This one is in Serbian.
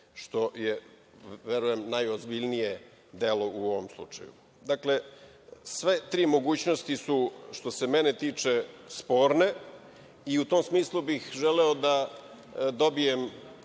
što je verujem najozbiljnije delo u ovom slučaju. Dakle, sve tri mogućnosti su, što se mene tiče, sporne, i u tom smislu bih želeo da dobijem